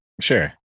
sure